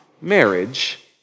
marriage